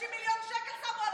50 מיליון שקל שמו על הבית שלו,